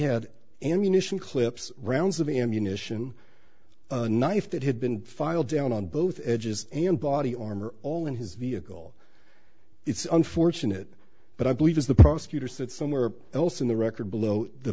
had ammunition clips rounds of ammunition a knife that had been filed down on both edges and body armor all in his vehicle it's unfortunate but i believe as the prosecutor said somewhere else in the record below the